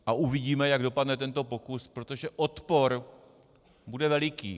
A uvidíme, jak dopadne tento pokus, protože odpor bude veliký.